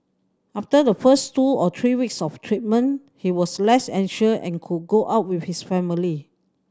after the first two or three weeks of treatment he was less anxious and could go out with his family